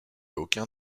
aucun